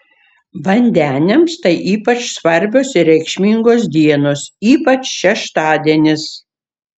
vandeniams tai ypač svarbios ir reikšmingos dienos ypač šeštadienis